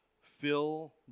Fill